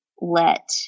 let